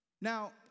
Now